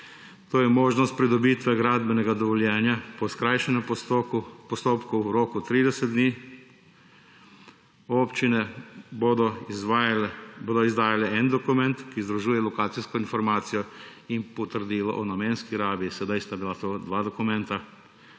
To je možnost pridobitve gradbenega dovoljenja po skrajšanem postopku v roku 30 dni, občine bodo izdajale en dokument, ki združuje lokacijsko informacijo in potrdilo o namenski rabi, sedaj sta to dva dokumenta